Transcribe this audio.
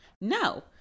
No